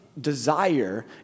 desire